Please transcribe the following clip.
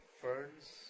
ferns